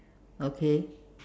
okay